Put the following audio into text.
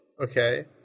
Okay